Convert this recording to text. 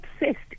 obsessed